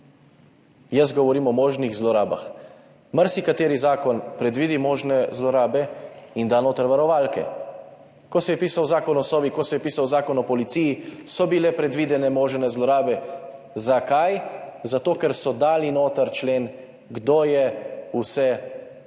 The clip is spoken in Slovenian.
Jaz govorim o možnih zlorabah. Marsikateri zakon predvidi možne zlorabe in da noter varovalke. Ko se je pisal zakon o Sovi, ko se je pisal Zakon o policiji, so bile predvidene možne zlorabe. Zakaj? Zato, ker so dali noter člen, kdo vse je